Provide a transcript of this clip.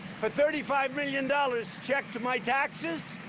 for thirty five million dollars, checked my taxes,